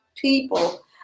people